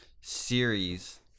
series